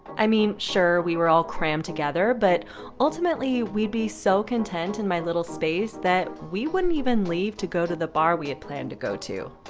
i mean, sure, we were all crammed together, but ultimately we'd be so content in my little space that we wouldn't even leave to go to the bar we had planned to go to.